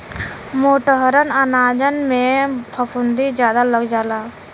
मोटहर अनाजन में फफूंदी जादा लग जाला